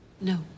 No